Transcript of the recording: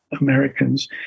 Americans